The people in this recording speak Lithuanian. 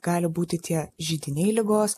gali būti tie židiniai ligos